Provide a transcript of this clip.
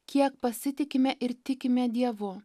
kiek pasitikime ir tikime dievu